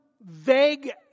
vague